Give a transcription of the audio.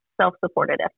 self-supported